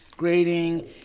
Grading